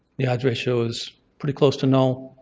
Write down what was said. the odds ratio is pretty close to null.